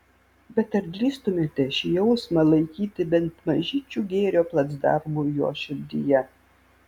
bet ar drįstumėme šį jausmą laikyti bent mažyčiu gėrio placdarmu jo širdyje